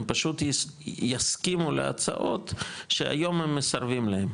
הם פשוט יסכימו להצעות שהיום הם מסרבים להם,